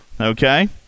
Okay